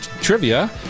trivia